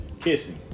Kissing